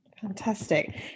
fantastic